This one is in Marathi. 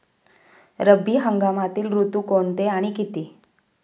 रब्बी हंगामातील ऋतू कोणते आणि किती?